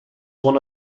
one